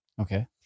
Okay